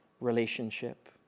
relationship